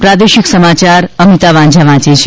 પ્રાદેશિક સમાચાર અમિતા વાંઝા વાંચે છે